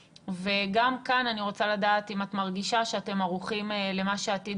וגם כאן אני רוצה לדעת אם את מרגישה שאתם ערוכים למה שעתיד